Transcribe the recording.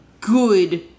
good